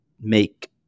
make